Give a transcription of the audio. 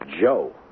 Joe